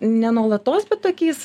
ne nuolatos bet tokiais